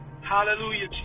Hallelujah